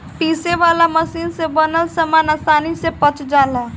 पीसे वाला मशीन से बनल सामान आसानी से पच जाला